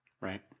Right